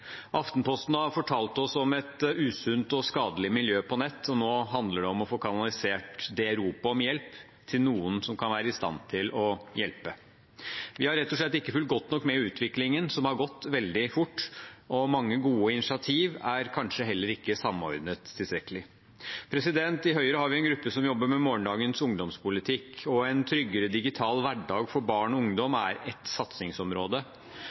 Aftenposten har fortalt oss om et usunt og skadelig miljø på nettet, og nå handler det om å få kanalisert det ropet om hjelp til noen som kan være i stand til å hjelpe. Vi har rett og slett ikke fulgt godt nok med i utviklingen, som har gått veldig fort, og mange gode initiativ er kanskje heller ikke samordnet tilstrekkelig. I Høyre har vi en gruppe som jobber med morgendagens ungdomspolitikk, og en tryggere digital hverdag for barn og ungdom er ett satsingsområde.